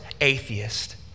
atheist